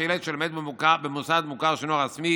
את מה שמגיע לילד מיוחד חילוני לקבל?